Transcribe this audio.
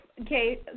Okay